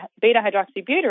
beta-hydroxybutyrate